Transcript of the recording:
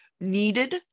needed